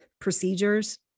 procedures